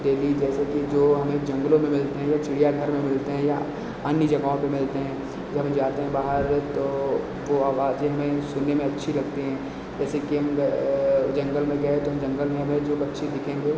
daily जैसे कि जो हमें जंगलों में मिलते हैं या चिड़ियाघर में मिलते हैं या अन्य जगहों पर मिलते हैं जब हम जाते हैं बाहर तो वह आवाज़ें हमें सुनने में अच्छी लगती हैं जैसे कि ज हम जंगल में गए तो हम जंगल में हमें जो पक्षी दिखेंगे